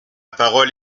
parole